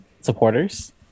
supporters